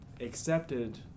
accepted